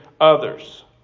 others